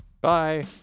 bye